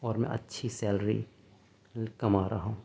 اور میں اچھی سیلری کما رہا ہوں